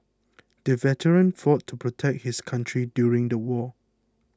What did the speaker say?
the veteran fought to protect his country during the war